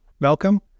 welcome